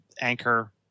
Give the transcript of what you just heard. anchor